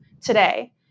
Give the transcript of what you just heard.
today